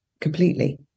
completely